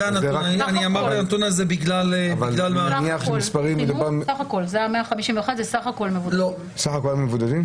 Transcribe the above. זה סך הכל מבודדים.